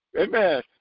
amen